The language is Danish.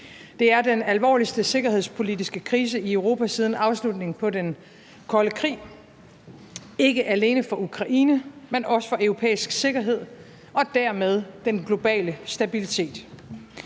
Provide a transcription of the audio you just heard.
Det er den alvorligste sikkerhedspolitiske krise i Europa siden afslutningen på den kolde krig, og det er det ikke alene for Ukraine, men også for europæisk sikkerhed og dermed den globale stabilitet.